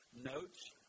notes